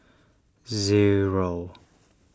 zero